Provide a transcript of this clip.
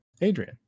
Adrian